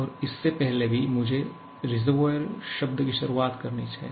और इससे पहले भी मुझे रिसर्वोइएर शब्द की शुरुआत करनी है